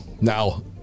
Now